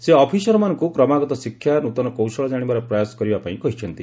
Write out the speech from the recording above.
ସେ ଅଫିସରମାନଙ୍କୁ କ୍ରମାଗତ ଶିକ୍ଷା ନୃତନ କୌଶଳ ଜାଣିବାର ପ୍ରୟାସ କରିବା ପାଇଁ କହିଛନ୍ତି